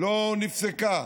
לא נפסקה.